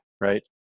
right